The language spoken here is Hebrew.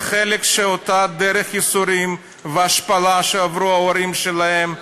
זה חלק מאותה דרך ייסורים והשפלה שעברו ההורים שלהם,